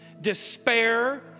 despair